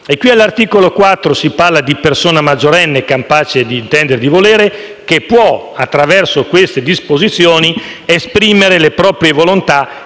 prima. All'articolo 4 si parla di persona maggiorenne capace di intendere e di volere che, attraverso queste disposizioni, può esprimere le proprie volontà